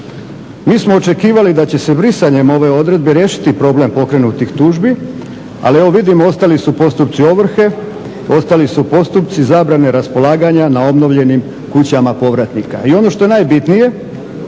Mi smo očekivali da će se brisanjem ove odredbe riješiti problem pokrenutih tužbi ali evo vidimo ostali su postupci ovrhe, ostali su postupci zabrane raspolaganja na obnovljenim kućama povratnika. I ono što je najbitnije